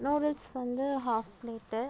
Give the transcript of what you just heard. noodles வந்து half plate